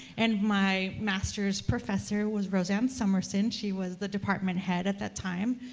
and my masters professor was rosanne somerson, she was the department head at that time,